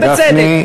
ובצדק.